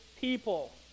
people